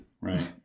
right